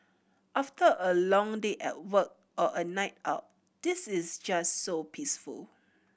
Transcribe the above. after a long day at work or a night out this is just so peaceful